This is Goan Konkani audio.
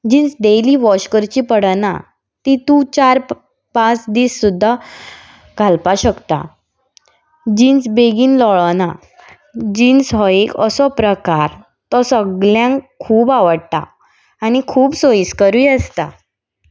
जिन्स डेली वॉश करची पडना ती तूं चार पांच दीस सुद्दां घालपाक शकता जिन्स बेगीन लोळना जिन्स हो एक असो प्रकार तो सगळ्यांक खूब आवडटा आनी खूब सोयिस्करूय आसता